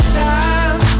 time